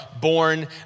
born